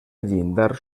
llindar